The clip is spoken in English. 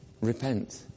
repent